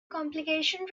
complications